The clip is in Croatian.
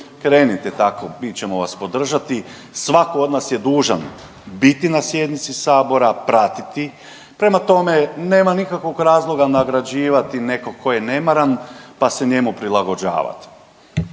krenite tako, mi ćemo vas podržati. Svatko od nas je dužan biti na sjednici sabora, pratiti, prema tome nema nikakvog razloga nagrađivati netko tko je nemaran pa se njemu prilagođavati.